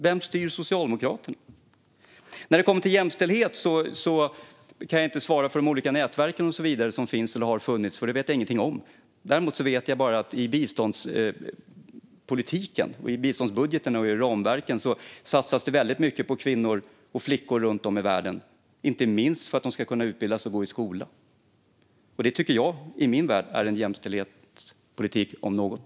Vem styr Socialdemokraterna? När det kommer till jämställdhet kan jag inte svara för de olika nätverk och så vidare som finns eller som har funnits, för det vet jag ingenting om. Däremot vet jag att i biståndspolitiken, biståndsbudgeten och ramverken satsas det väldigt mycket på kvinnor och flickor runt om i världen, inte minst för att de ska kunna utbilda sig och gå i skolan. Det är i min värld jämställdhetspolitik om något.